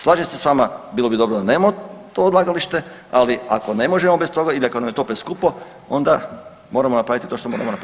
Slažem se s vama bilo bi dobro da nemamo to odlagalište, ali ako ne možemo bez toga ili ako nam je to preskupo onda moramo napraviti to što moramo napraviti.